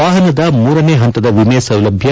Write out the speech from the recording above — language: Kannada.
ವಾಹನದ ಮೂರನೇ ಹಂತದ ವಿಮೆ ಸೌಲಭ್ಯ